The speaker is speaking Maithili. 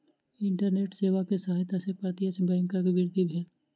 इंटरनेट सेवा के सहायता से प्रत्यक्ष बैंकक वृद्धि भेल